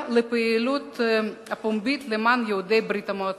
לפעילות הפומבית למען יהודי ברית-המועצות,